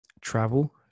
travel